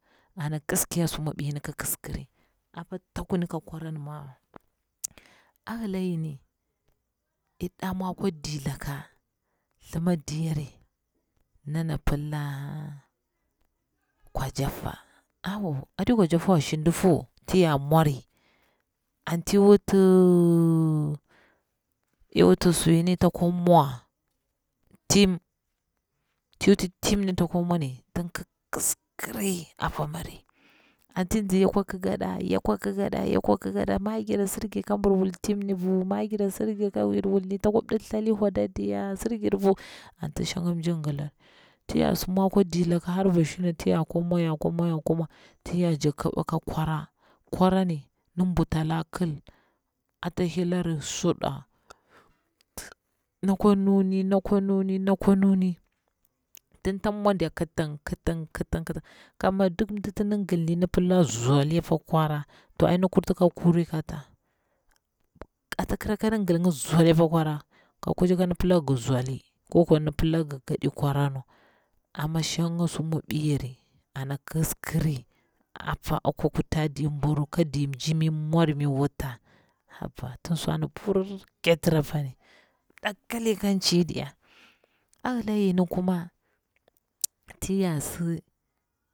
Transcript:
Ana gaskiya su mwaɓi niƙi kiskiri appa takun ka kwaran mawa a hila nyini iy ɗa mwa kwa di laka, thlima diyari ndana pilla kwa jaffa, awo aɗi kwajaffa wa shindiffu tiya mwari anti wuti iwuti suyini ta kwa mwa mti, ti wuti mtin takwa mwani tin ki kiskiri apa miri, anti nzi yakwa ƙikaɗa yakwa ƙikaɗa yakwa kikaɗa magirai sir jir ka mbur wul tim ni bu, magirai sir gir kagil wulni ta kwa ɗi thali wahda diya. sir gir bu, anti nshanga mji gilari. Tiyasi mwa kwa dilaka har ba shina ya kwa mwa ya kwa mwa ya kwa mwa. tin ya ja kiɓa ka kwara, kwara ni ndi bwatala kil ata hileri suɗa da kwa nuni da kwa nuni da kwa nuni tin ta mwa diya kiting kiting kiting kiting, ka mi duk ndi tin gilni ndi pilla zoli pa kwara to ai ndiki kurti kuri ka tsa, ata kira kan gilnga zole pa kwara ka kuci kan pila gi zoli, koko kan pillagi gaɗi kwaranwa ama shang mwabi yare ana kiskiri apa akwa kuta ndir mburu ka dim mjiri mi mori mi wuta haba tinswa na birge tira pani ɗakkali kan cin diya, ayila yini kuma tiyasi